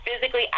physically